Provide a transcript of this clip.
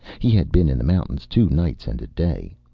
he had been in the mountains two nights and a day.